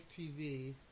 TV